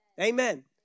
Amen